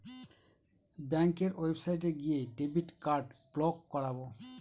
ব্যাঙ্কের ওয়েবসাইটে গিয়ে ডেবিট কার্ড ব্লক করাবো